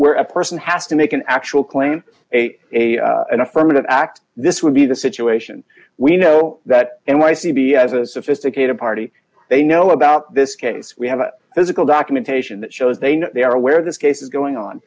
where a person has to make an actual claim a a an affirmative act this would be the situation we know that and why c b as a sophisticated party they know about this case we have physical documentation that shows they know they are aware this case is going on